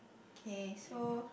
K so